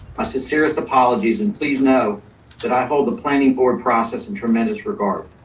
my sincerest apologies. and please know that i hold the planning board process in tremendous regard.